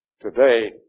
today